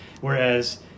Whereas